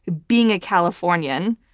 being a californian,